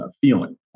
feeling